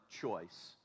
choice